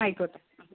ആയിക്കോട്ടെ